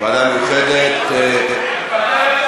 לפטר את הממשלה.